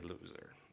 loser